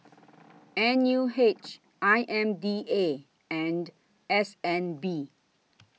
N U H I M D A and S N B